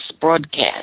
broadcast